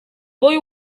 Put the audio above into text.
boy